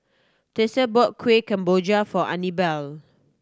Tessa bought Kuih Kemboja for Anibal